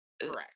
correct